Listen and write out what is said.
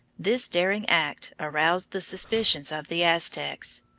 this daring act aroused the suspicions of the aztecs.